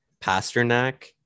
Pasternak